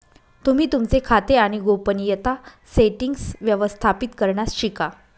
तुम्ही तुमचे खाते आणि गोपनीयता सेटीन्ग्स व्यवस्थापित करण्यास शिका